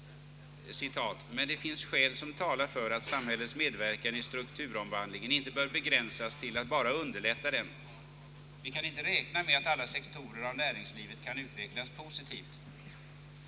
»Men det finns skäl som talar för att samhällets medverkan i strukturomvandlingen inte bör begränsas till att bara underlätta den. Vi kan inte räkna med att alla sektorer av näringslivet kan utvecklas positivt.